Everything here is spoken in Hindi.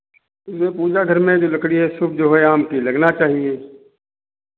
जो है पूजा घर में जो लकड़ी है शुभ जो है आम की लगना चाहिए